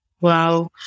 Wow